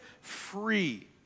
free